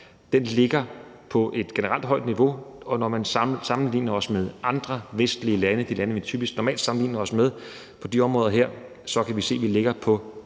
ligger på et generelt højt niveau. Og når man sammenligner os med andre vestlige lande – de lande, vi typisk sammenligner os med på de områder her – så kan vi se, at vi samlet